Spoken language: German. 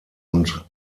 und